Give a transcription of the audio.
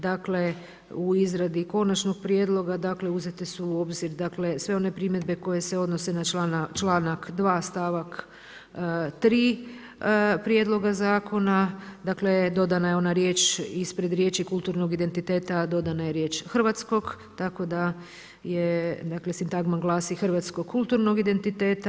Dakle, u izradi konačnog prijedloga uzete su obzir sve one primjedbe koje se odnose na članak 2. stavak 3. prijedloga zakona, dakle dodana je ona riječ ispred riječi „kulturnog identiteta“ dodana je riječ „hrvatskog“ tako da sintagma glasi hrvatskog kulturnog identiteta.